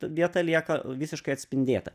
vieta lieka visiškai atspindėta